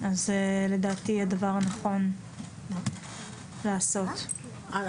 אז לדעתי הדבר הנכון לעשות --- אנחנו